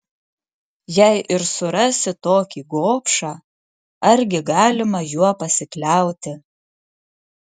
jei ir surasi tokį gobšą argi galima juo pasikliauti